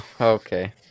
Okay